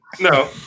No